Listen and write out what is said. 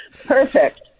perfect